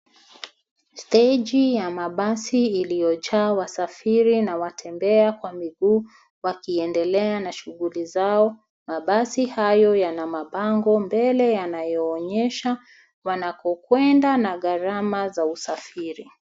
Steji ya mabasi iliyojaa wasafiri na watembea kwa miguu wakienedelea na shuguli zao. Mabasi hayo yana mabango mbele yanayoonyesha wanako kwenda na gharama za usafiri.